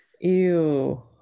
Ew